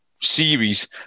series